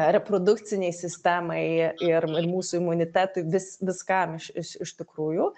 reprodukcinei sistemai ir mūsų imunitetui vis viskam iš iš iš tikrųjų